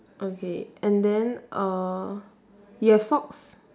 okay and then uh you have socks